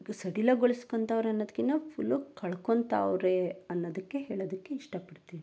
ಸಡಿಲಗೊಳಿಸ್ಕೊಂತವ್ರೆ ಅನ್ನೋದಕ್ಕಿನ್ನ ಫುಲ್ಲು ಕಳ್ಕೊತವ್ರೆ ಅನ್ನೊದಕ್ಕೆ ಹೇಳೋದಕ್ಕೆ ಇಷ್ಟಪಡ್ತೀನಿ